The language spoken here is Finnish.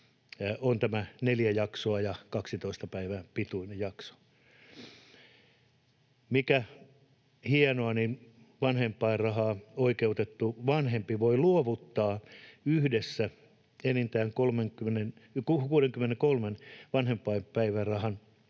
kuin tämä neljä jaksoa ja 12 päivän pituinen jakso. Mikä hienoa, niin vanhempainrahaan oikeutettu vanhempi voi luovuttaa yhdessä enintään 63 vanhempainrahapäivää